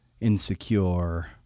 insecure